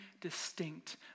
distinct